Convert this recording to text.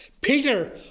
Peter